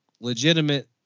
legitimate